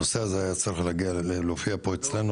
הנושא הזה היה צריך להופיע פה אצלנו,